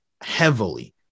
heavily